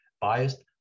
biased